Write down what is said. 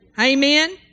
Amen